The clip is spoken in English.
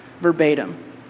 verbatim